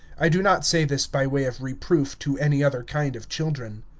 i do not say this by way of reproof to any other kind of children.